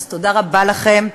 אז תודה רבה לכם,